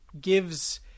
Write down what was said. gives